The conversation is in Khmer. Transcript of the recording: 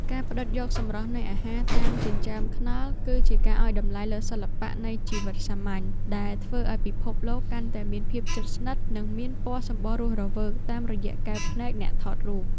ការផ្ដិតយកសម្រស់នៃអាហារតាមចិញ្ចើមថ្នល់ គឺជាការឱ្យតម្លៃលើសិល្បៈនៃជីវិតសាមញ្ញ ដែលធ្វើឱ្យពិភពលោកកាន់តែមានភាពជិតស្និទ្ធ និងមានពណ៌សម្បុររស់រវើកតាមរយៈកែវភ្នែកអ្នកថតរូប។